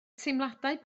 teimladau